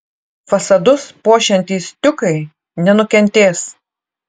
fasadus puošiantys stiukai nenukentės